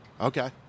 Okay